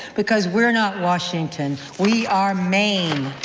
because we're not washington, we are maine.